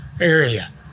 area